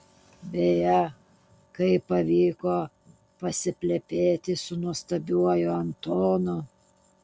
beje kaip pavyko pasiplepėti su nuostabiuoju antonu